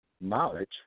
knowledge